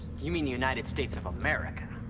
you mean the united states of america.